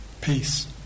peace